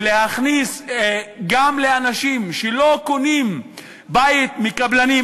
ולהכניס בו שגם אנשים שלא קונים בית מקבלנים,